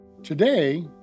Today